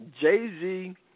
Jay-Z